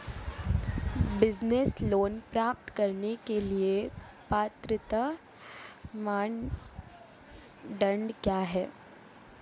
Business loan प्राप्त करने के लिए पात्रता मानदंड क्या हैं?